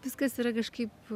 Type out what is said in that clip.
viskas yra kažkaip